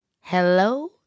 Hello